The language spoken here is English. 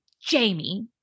Jamie